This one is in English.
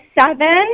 seven